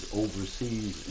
overseas